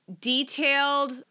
detailed